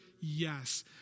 yes